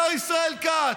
השר ישראל כץ,